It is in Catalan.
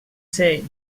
ser